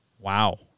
wow